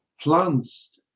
plants